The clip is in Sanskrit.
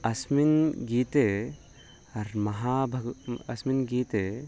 अस्मिन् गीते अर् महाभागः अस्मिन् गीते